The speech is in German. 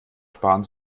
sparen